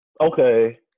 Okay